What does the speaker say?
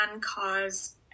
cause